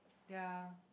ya